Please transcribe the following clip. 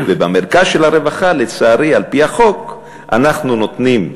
ובמרכז של הרווחה, לצערי, לפי החוק, אנחנו נותנים,